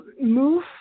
move